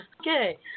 Okay